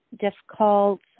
difficult